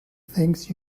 things